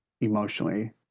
emotionally